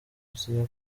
gusinya